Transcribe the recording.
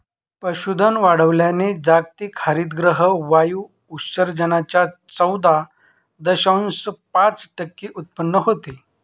पशुधन वाढवल्याने जागतिक हरितगृह वायू उत्सर्जनाच्या चौदा दशांश पाच टक्के उत्पन्न होते